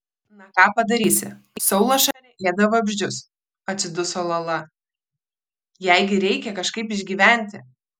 na ką padarysi saulašarė ėda vabzdžius atsiduso lala jai gi reikia kažkaip išgyventi